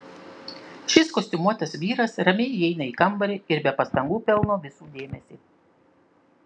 šis kostiumuotas vyras ramiai įeina į kambarį ir be pastangų pelno visų dėmesį